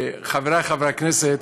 חברי חברי הכנסת,